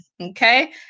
okay